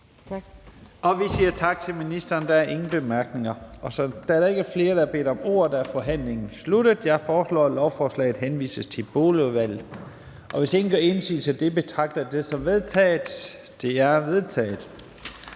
Vi siger tak til ministeren. Der er ingen korte bemærkninger. Da der ikke er flere, der har bedt om ordet, er forhandlingen sluttet. Jeg foreslår, at lovforslaget henvises til Boligudvalget. Hvis ingen gør indsigelse, betragter jeg det som vedtaget. Det er vedtaget.